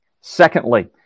Secondly